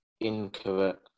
incorrect